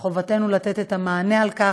חובתנו לתת את המענה לכך.